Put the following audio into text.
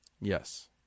yes